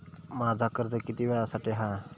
माझा कर्ज किती वेळासाठी हा?